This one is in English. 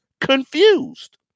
confused